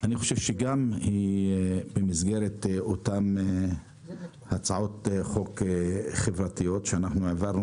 אני חושב שהיא גם במסגרת אותם הצעות חוק חברתיות שאנחנו העברנו